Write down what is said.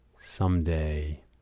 Someday